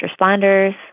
responders